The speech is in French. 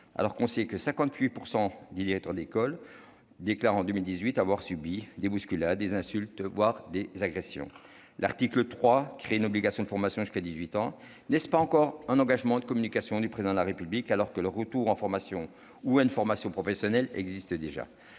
alors même que 58 % de directeurs d'école déclaraient, en 2018, avoir subi des bousculades, des insultes, voire des agressions. L'article 3 crée une obligation de formation jusqu'à 18 ans. N'est-ce pas encore un engagement de communication du Président de la République, alors que le retour en formation ou à une formation professionnelle existait déjà ?